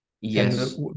Yes